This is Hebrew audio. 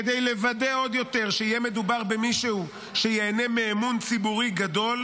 כדי לוודא עוד יותר שיהיה מדובר במישהו שייהנה מאמון ציבורי גדול,